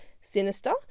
sinister